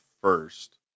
first